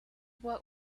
what